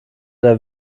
der